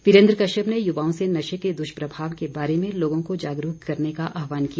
वीरेन्द्र कश्यप ने युवाओं से नशे के दुष्प्रभाव के बारे में लोगों को जागरूक करने का आहवान किया